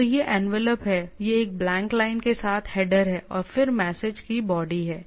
तो यह एनवेलप है यह एक ब्लैंक लाइन के साथ हैडर है और फिर मैसेज की बॉडी हैं